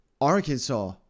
Arkansas